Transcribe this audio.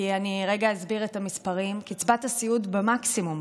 אני אסביר את המספרים: קצבת הסיעוד במקסימום,